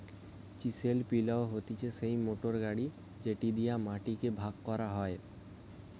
chisel plough হতিছে সেই motor গাড়ি যেটি দিয়া মাটি কে ভাগ করা হয়